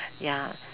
ya